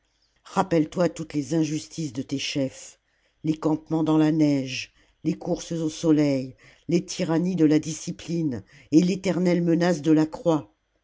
rappelle-toi toutes les injustices de tes chefs les campements dans la neige les courses au soleil les tyrannies de la discipline et l'éternelle menace de la croix